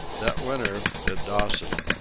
that winter, at dawson,